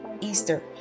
Easter